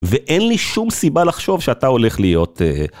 ואין לי שום סיבה לחשוב שאתה הולך להיות...